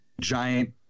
giant